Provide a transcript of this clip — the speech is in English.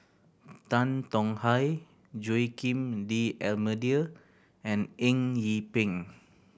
Tan Tong Hye Joaquim D'Almeida and Eng Yee Peng